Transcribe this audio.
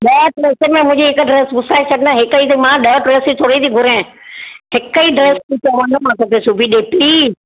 बसि विच में मुंहिंजी हिकु ड्रैस घुसाए छॾ न हिकु ई थी मां ॾह ड्रैसियूं थोरी थी घुरियां हिकु ई ड्रैस चवां न मां तोखे सिबी ॾिए थी